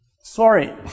sorry